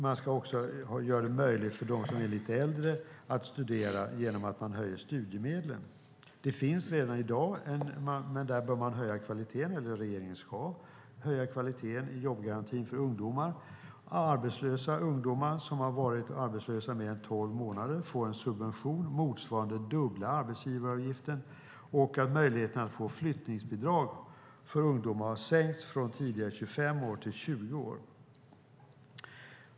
Man ska också göra det möjligt för dem som är lite äldre att studera genom att man höjer studiemedlen. Det finns redan i dag en jobbgaranti, men regeringen ska höja kvaliteten i jobbgarantin för ungdomar. Arbetslösa ungdomar som har varit arbetslösa i mer än tolv månader får en subvention motsvarande dubbla arbetsgivaravgiften. Och när det gäller möjligheten att få flyttningsbidrag för ungdomar har åldern sänkts från tidigare 25 år till 20 år.